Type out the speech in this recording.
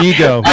Ego